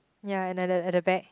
ya another at the back